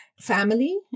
family